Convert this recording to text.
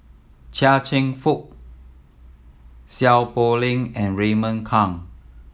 Chia Cheong Fook Seow Poh Leng and Raymond Kang